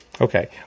Okay